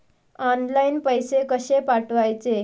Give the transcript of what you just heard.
Online पैसे कशे पाठवचे?